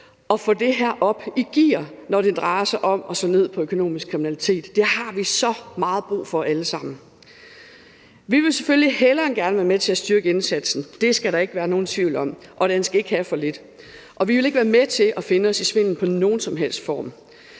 og få det her op i gear, når det drejer sig om at slå ned på økonomisk kriminalitet? Det har vi så meget brug for alle sammen. Vi vil selvfølgelig hellere end gerne være med til at styrke indsatsen, det skal der ikke være nogen tvivl om, og den skal ikke have for lidt. Og vi vil ikke være med til at finde os i svindel i nogen som helst form.